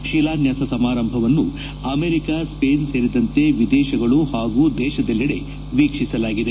ಈ ಚಾರಿತ್ರಿಕ ಸಮಾರಂಭವನ್ನು ಅಮೆರಿಕ ಸ್ಪೇನ್ ಸೇರಿದಂತೆ ಎದೇಶಗಳು ಪಾಗೂ ದೇಶದಲ್ಲಿಡೆ ಎೕಕ್ಷಿಸಲಾಗಿದೆ